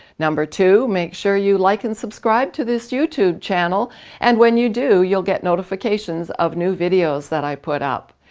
number two, make sure you like and subscribe to this youtube channel and when you do you'll get notifications of new videos that i put up.